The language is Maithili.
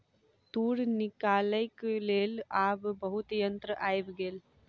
तूर निकालैक लेल आब बहुत यंत्र आइब गेल